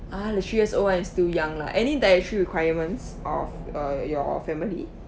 ah they're three years old [one] is still young lah any dietary requirements of uh your family